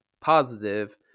positive